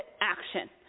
action